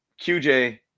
QJ